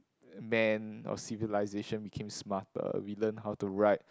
then our civilization became smarter we learnt how to write